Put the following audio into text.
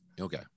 Okay